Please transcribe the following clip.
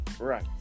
Right